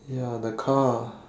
ya the car